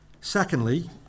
Secondly